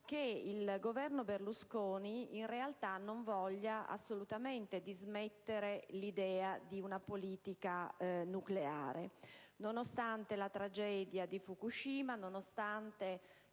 che il Governo Berlusconi in realtà non voglia assolutamente dismettere l'idea di una politica nucleare, nonostante la tragedia di Fukushima e